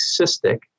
cystic